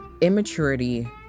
Immaturity